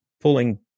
pulling